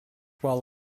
while